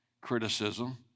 criticism